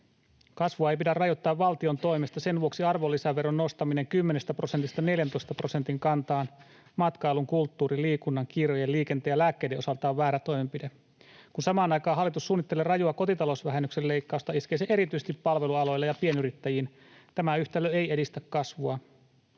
Kasvua ei pidä rajoittaa valtion toimesta. Sen vuoksi arvonlisäveron nostaminen 10 prosentista 14 prosentin kantaan matkailun, kulttuurin, liikunnan, kirjojen, liikenteen ja lääkkeiden osalta on väärä toimenpide. Kun samaan aikaan hallitus suunnittelee rajua kotitalousvähennyksen leikkausta, iskee se erityisesti palvelualoille ja pienyrittäjiin. Tämä yhtälö ei edistä kasvua,